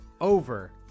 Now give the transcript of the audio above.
over